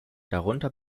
darunter